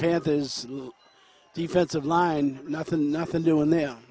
panthers defensive line nothing nothing doing the